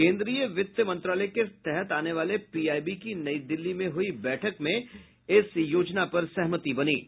केन्द्रीय वित्त मंत्रालय के तहत आने वाले पीआईबी की नई दिल्ली में हुई बैठकों में सहमति बनी है